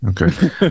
okay